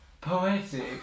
poetic